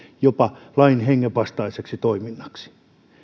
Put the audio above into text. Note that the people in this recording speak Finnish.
jopa lain hengen vastaiseksi toiminnaksi